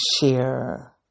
share